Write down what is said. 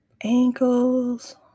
ankles